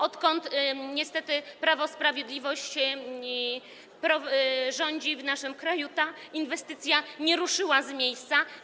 Odkąd niestety Prawo i Sprawiedliwość rządzi w naszym kraju, ta inwestycja nie ruszyła z miejsca.